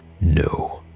no